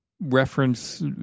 reference